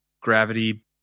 gravity